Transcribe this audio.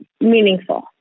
meaningful